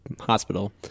hospital